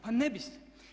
Pa ne biste.